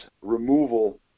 removal